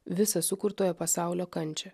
visą sukurtojo pasaulio kančią